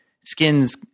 skins